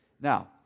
Now